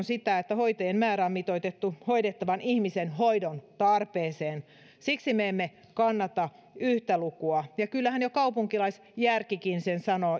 sitä että hoitajien määrä on mitoitettu hoidettavan ihmisen hoidontarpeeseen siksi me emme kannata yhtä lukua ja kyllähän jo kaupunkilaisjärkikin sen